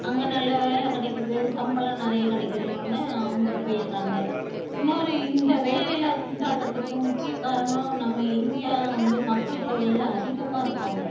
அங்கே நல்ல வேலை கிடைக்குது சம்பளம் நிறைய கிடைக்குதுன்னோன்னே அங்கே போய்ட்றாங்க இன்னொரு இந்த வேலையில்லா திண்டாட்டத்துக்கு முக்கிய காரணம் நம்ம இந்தியா வந்து மக்கள் தொகையில் அதிகமாக இருக்காங்க